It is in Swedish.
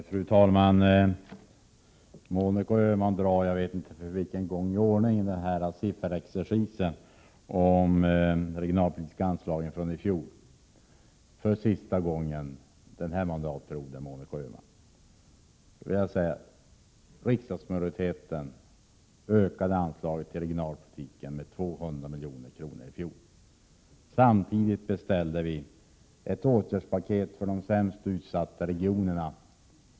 Fru talman! Monica Öhman kör - jag vet inte för vilken gång i ordningen — sifferexercisen om de regionalpolitiska anslagen. För sista gången denna mandatperiod vill jag säga till Monica Öhman att riksdagsmajoriteten ökade anslagen till regionalpolitiken med 200 milj.kr. i fjol. Samtidigt beställde vi ett åtgärdspaket för de sämst utsatta regionerna.